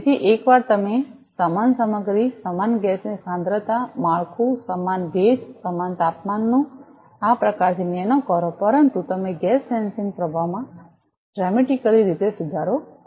તેથી એકવાર તમે સમાન સામગ્રી સમાન ગેસની સાંદ્રતામાળખું સમાન ભેજ સમાન તાપમાનનું આ પ્રકારથી નેનો કરો પરંતુ તમે ગેસ સેન્સિંગ પ્રભાવમાં ડ્રામટીકલી રીતે સુધારો કરો છો